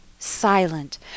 Silent